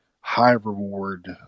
high-reward